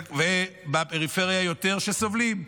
ובפריפריה יותר, שסובלים.